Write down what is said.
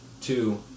two